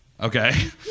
okay